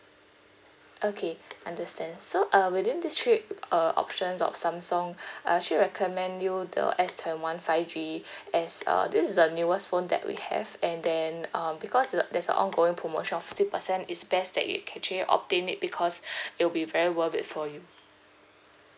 okay understand so uh within these three uh options of Samsung I actually recommend you the S twenty one five G as uh this is the newest phone that we have and then um because uh there's a ongoing promotion of fifty percent it's best that you can actually obtain it because it will be very worth it for you